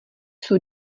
jsou